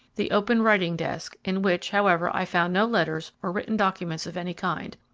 the open writing-desk in which, however i found no letters or written documents of any kind,